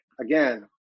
again